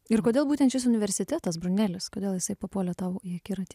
ir kodėl būtent šis universitetas brunelis kodėl jisai papuolė tau į akiratį